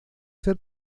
ser